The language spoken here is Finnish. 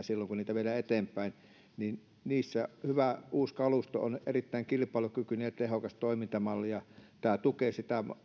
silloin kun niitä viedään eteenpäin niissä hyvä uusi kalusto on erittäin kilpailukykyinen ja tehokas toimintamalli ja tämä tukee sitä